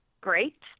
great